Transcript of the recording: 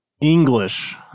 English